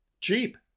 cheap